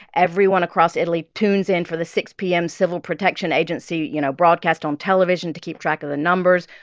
everyone across italy tunes in for the six p m. civil protection agency, you know, broadcast on television to keep track of the numbers.